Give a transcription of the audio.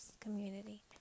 community